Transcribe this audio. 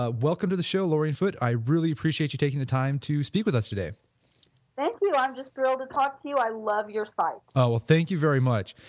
ah welcome to the show lorien foote. i really appreciate you taking the time to speak with us today thank you. i am just thrilled to talk to you. i love your site oh, thank you very much.